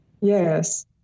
Yes